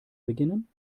beginnen